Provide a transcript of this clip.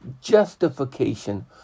justification